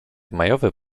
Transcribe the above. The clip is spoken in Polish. majowy